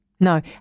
No